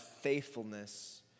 faithfulness